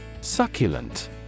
Succulent